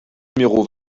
numéro